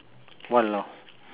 !walao!